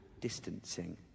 distancing